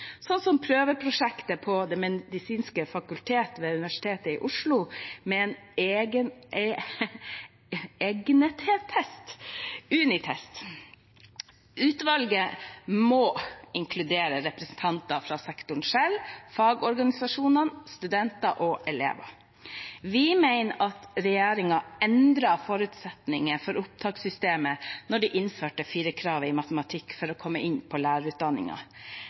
sånn som prøveprosjektet på Det medisinske fakultet ved Universitetet i Oslo med en egnethetstest, uniTEST. Utvalget må inkludere representanter fra sektoren selv, fagorganisasjonene, studenter og elever. Vi mener at regjeringen endret forutsetningen for opptakssystemet da de innførte firerkravet i matematikk for å komme inn på